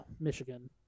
Michigan